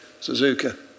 Suzuka